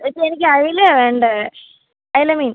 ഇപ്പോൾ എനിക്ക് അയലയാണ് വേണ്ടത് അയല മീൻ